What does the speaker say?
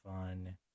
fun